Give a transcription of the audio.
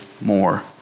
more